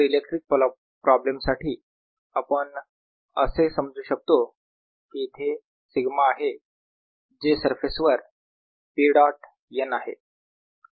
तर इलेक्ट्रिकल प्रॉब्लेमसाठी आपण असे समजू शकतो की इथे सिग्मा आहे जे सरफेसवर P डॉट n आहे